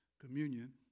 communion